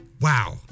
wow